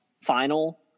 final